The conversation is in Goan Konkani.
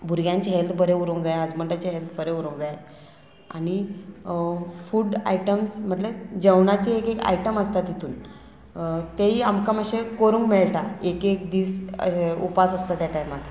भुरग्यांचें हेल्थ बरें उरूंक जाय हजबंडाचें हेल्त बरें उरूंक जाय आनी फूड आयटम्स म्हटल्यार जेवणाचे एक एक आयटम आसता तितून तेयी आमकां मातशें करूंक मेळटा एक एक दीस उपास आसता त्या टायमार